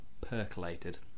percolated